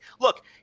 look